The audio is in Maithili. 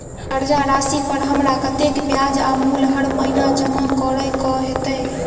कर्जा राशि पर हमरा कत्तेक ब्याज आ मूल हर महीने जमा करऽ कऽ हेतै?